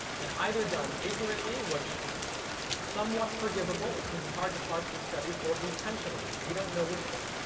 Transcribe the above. and either done ignorantly, which somewhat forgivable, it can be hard to parse these studies, or intentionally. we don't know which one.